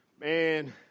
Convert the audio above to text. Man